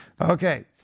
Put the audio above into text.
Okay